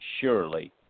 Surely